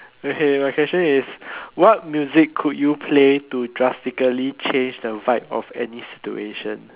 okay the question is what music could you play to drastically change the vibe of any situation